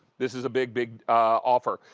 this is a big, big offer.